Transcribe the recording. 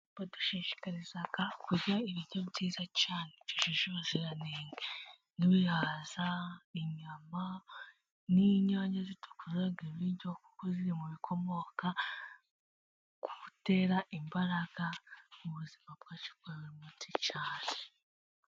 Badushishikariza kurya ibiryo byiza cyane byujuje ubuziranenge, nk'ibihaza, inyama n'inyanya zitukuza ibiryo kuko ziri mu bikomoka ku bitera imbaraga, mu buzima bwacu bwa buri munsi cyane.